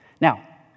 Now